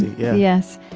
yes.